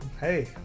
Hey